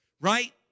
right